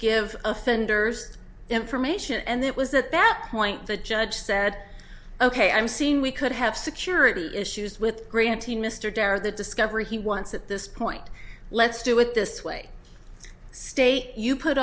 give offenders information and it was at that point the judge said ok i'm seeing we could have security issues with granting mr dare the discovery he wants at this point let's do it this way state you put